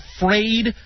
afraid